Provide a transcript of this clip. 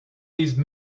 these